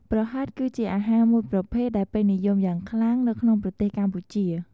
ប្រហិត គឺជាអាហារមួយប្រភេទដែលពេញនិយមយ៉ាងខ្លាំងនៅក្នុងប្រទេសកម្ពុជា។